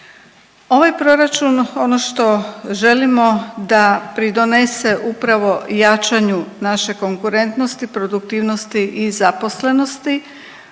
Ovaj proračun ono što želimo da pridonese upravo jačanju naše konkurentnosti, produktivnosti i zaposlenosti